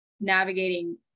navigating